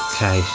Okay